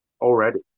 already